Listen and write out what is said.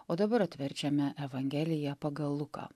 o dabar atverčiame evangeliją pagal luką